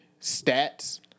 stats